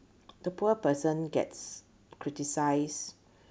the poor person gets criticised